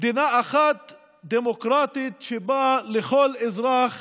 מדינה אחת דמוקרטית, שבה לכל אזרח